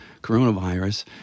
coronavirus